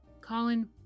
Colin